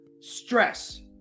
stress